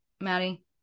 Maddie